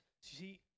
See